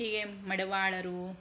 ಹೀಗೆ ಮಡಿವಾಳರು